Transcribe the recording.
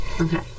Okay